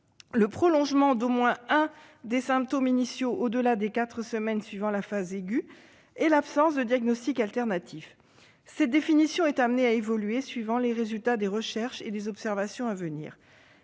le prolongement d'au moins un des symptômes initiaux au-delà des quatre semaines suivant la phase aiguë et l'absence de diagnostic alternatif. Cette définition est amenée à évoluer suivant les résultats des recherches et des observations à venir.